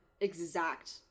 exact